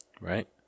right